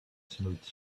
smooth